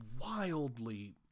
wildly